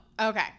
Okay